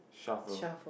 shuffle